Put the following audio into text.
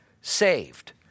saved